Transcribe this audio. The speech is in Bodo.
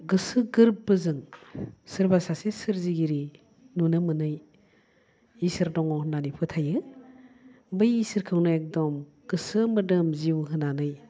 गोसो गोरबोजों सोरबा सासे सोरजिगिरि नुनो मोनै इसोर दङ होननानै फोथायो बै इसोरखौनो एकदम गोसो मोदोम जिउ होनानै